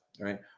right